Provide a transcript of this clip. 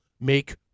make